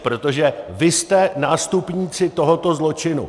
Protože vy jste nástupníci tohoto zločinu.